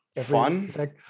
fun